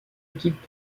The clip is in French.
équipe